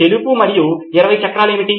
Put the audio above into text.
తెలుపు మరియు 20 చక్రాలు ఏమిటి